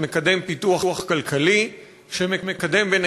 שמקדם פיתוח כלכלי,